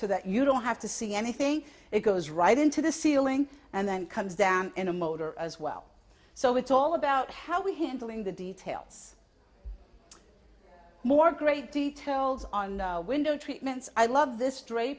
so that you don't have to see anything it goes right into the ceiling and then comes down in a motor as well so it's all about how we handling the details more great details on window treatments i love this